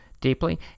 deeply